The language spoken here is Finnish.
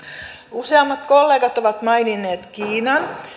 useammat kollegat ovat maininneet kiinan